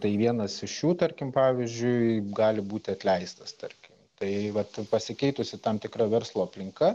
tai vienas iš jų tarkim pavyzdžiui gali būti atleistas tarkim tai vat pasikeitusi tam tikra verslo aplinka